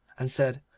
and said,